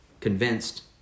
convinced